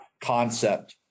concept